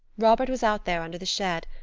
robert was out there under the shed,